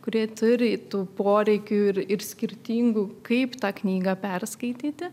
kurie turi tų poreikių ir ir skirtingų kaip tą knygą perskaityti